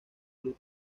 club